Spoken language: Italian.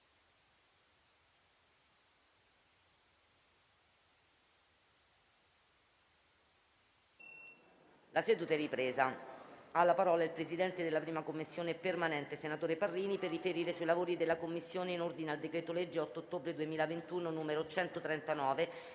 La seduta è sospesa.